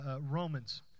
Romans